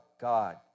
God